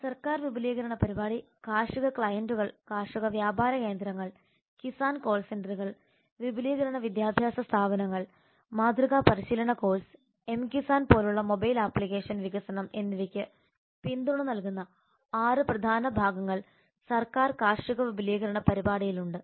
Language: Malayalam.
സർക്കാർ വിപുലീകരണ പരിപാടി കാർഷിക ക്ലയന്റുകൾ കാർഷിക വ്യാപാര കേന്ദ്രങ്ങൾ കിസാൻ കോൾ സെന്ററുകൾ വിപുലീകരണ വിദ്യാഭ്യാസ സ്ഥാപനങ്ങൾ മാതൃകാ പരിശീലന കോഴ്സ് എംകിസാൻ പോലുള്ള മൊബൈൽ ആപ്ലിക്കേഷൻ വികസനം എന്നിവയ്ക്ക് പിന്തുണ നൽകുന്ന ആറ് പ്രധാന ഭാഗങ്ങൾ സർക്കാർ കാർഷിക വിപുലീകരണ പരിപാടിയിൽ ഉണ്ട്